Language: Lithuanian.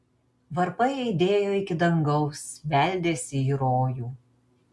varpai aidėjo iki dangaus beldėsi į rojų